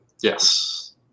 Yes